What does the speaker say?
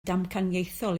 damcaniaethol